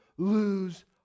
Lose